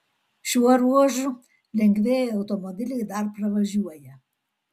šiuo ruožu lengvieji automobiliai dar pravažiuoja